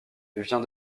vient